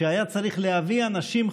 שהיה צריך להביא אנשים,